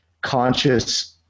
conscious